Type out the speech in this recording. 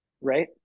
right